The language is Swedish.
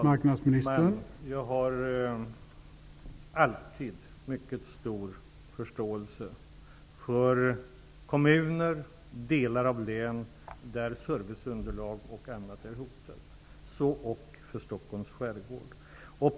Herr talman! Jag har alltid mycket stor förståelse för kommuner och delar av län där serviceunderlag och annat är hotat, så ock för Stockholms skärgård.